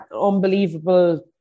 unbelievable